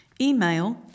Email